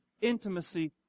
intimacy